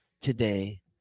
Today